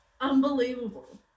unbelievable